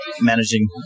managing